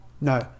no